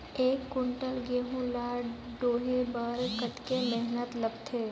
एक कुंटल गहूं ला ढोए बर कतेक मेहनत लगथे?